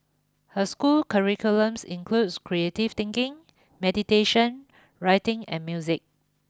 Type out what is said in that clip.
her school curriculums includes creative thinking meditation writing and music